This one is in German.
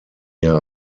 ihr